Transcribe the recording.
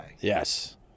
Yes